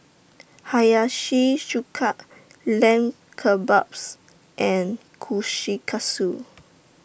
Hiyashi Chuka Lamb Kebabs and Kushikatsu